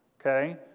okay